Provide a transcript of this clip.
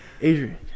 Adrian